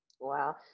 Wow